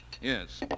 Yes